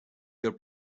your